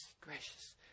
gracious